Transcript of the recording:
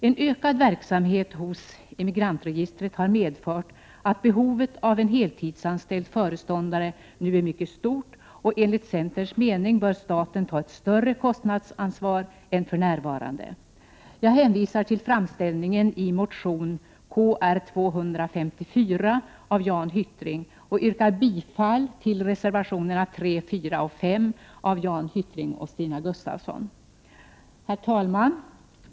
En ökad verksamhet hos Emigrantregistret har medfört att behovet av en heltidsanställd föreståndare nu är mycket stort. Enligt centerns mening bör staten ta ett större kostnadsansvar än för närvarande. Jag hänvisar till framställningen i motion 1988/89:Kr254 av Jan Hyttring och yrkar bifall till reservationerna 3, 4 och 5 av Jan Hyttring och Stina Gustavsson. Herr talman!